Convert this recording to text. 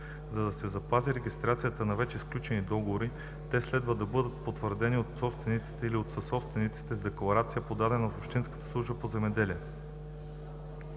За да се запази регистрацията на вече сключените договори, те следва да бъдат потвърдени от собственика или съсобствениците с декларация, подадена в общинската служба по земеделие.